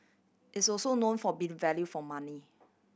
it's also known for being value for money